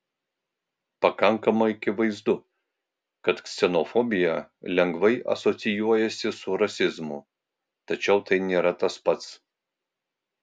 pakankamai akivaizdu kad ksenofobija lengvai asocijuojasi su rasizmu tačiau tai nėra tas pats